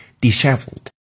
disheveled